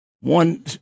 one